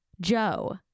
Joe